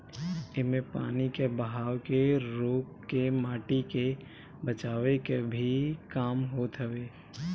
इमे पानी कअ बहाव के रोक के माटी के बचावे कअ भी काम होत हवे